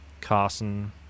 Carson